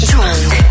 Drunk